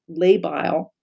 labile